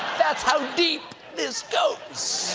that's how deep this goes!